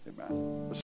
Amen